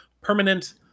permanent